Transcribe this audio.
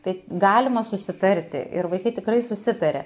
tai galima susitarti ir vaikai tikrai susitaria